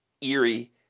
eerie